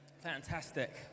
Fantastic